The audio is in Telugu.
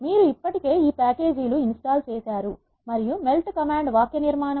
మీరు ఇప్పటికే ఆ ప్యాకేజీలు ఇన్ స్టాల్ చేశారు మరియు ఇది మెల్ట్ కమాండ్ యొక్క వాక్య నిర్మాణం